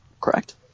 Correct